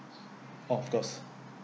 of course